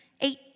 eight